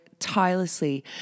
tirelessly